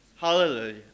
Hallelujah